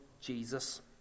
Jesus